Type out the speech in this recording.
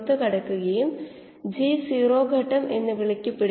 ഇങ്ങനെ ചെയ്യുമ്പോൾ നമ്മൾക്ക് Xm ന് ഉചിതമായ സമവാക്യം ലഭിക്കും